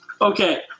Okay